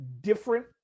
different